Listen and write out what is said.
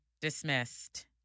dismissed